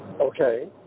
Okay